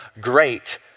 great